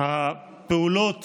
הפעולות